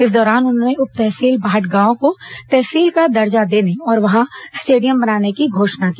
इस दौरान उन्होंने उप तहसील भटगांव को तहसील का दर्जा देने और वहां स्टेडियम बनाने की घोषणा की